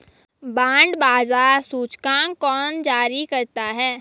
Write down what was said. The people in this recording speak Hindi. बांड बाजार सूचकांक कौन जारी करता है?